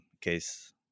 case